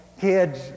kids